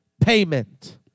payment